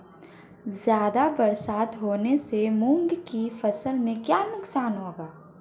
ज़्यादा बरसात होने से मूंग की फसल में क्या नुकसान होगा?